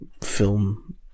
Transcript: film